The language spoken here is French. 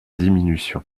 diminution